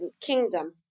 kingdom